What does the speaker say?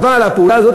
אבל הפעולה הזאת,